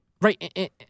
Right